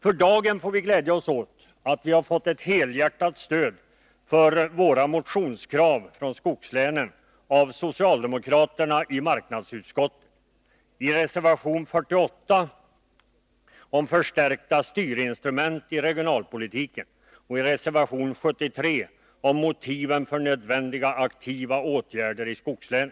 För dagen får vi glädja oss åt att vi av socialdemokraterna i arbetsmarknadsutskottet har fått ett helhjärtat stöd för våra motionskrav från skogslänen —i reservation 48 om förstärkta styrinstrument i regionalpolitiken ochi reservation 73 om motiven för nödvändiga aktiva åtgärder i skogslänen.